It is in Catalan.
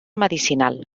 medicinal